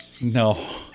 No